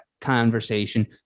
conversation